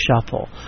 shuffle